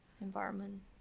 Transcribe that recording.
environment